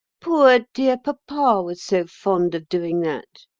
poor, dear papa was so fond of doing that.